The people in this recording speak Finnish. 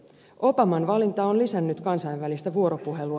obaman valinta on lisännyt kansainvälistä vuoropuhelua